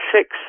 six